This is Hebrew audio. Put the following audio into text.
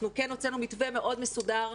אנחנו כן הוצאנו מתווה מאוד מסודר.